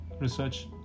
research